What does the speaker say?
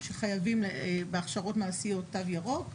שחייבים בהכשרות מעשיות תו ירוק,